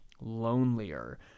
lonelier